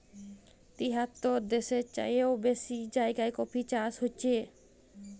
তিয়াত্তর দ্যাশের চাইয়েও বেশি জায়গায় কফি চাষ ক্যরা হছে